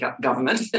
government